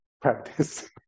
practice